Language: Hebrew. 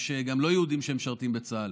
יש גם לא יהודים שמשרתים בצה"ל,